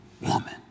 woman